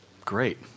Great